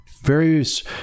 various